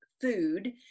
food